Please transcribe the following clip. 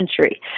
century